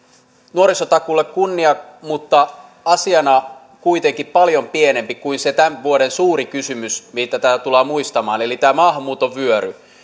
nuorisotakuulle kunnia mutta asiana se on kuitenkin paljon pienempi kuin se tämän vuoden suuri kysymys mistä tämä tullaan muistamaan eli tämä maahanmuuton vyöry